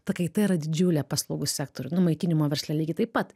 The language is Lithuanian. ta kaita yra didžiulė paslaugų sektorių nu maitinimo versle lygiai taip pat